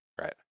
Right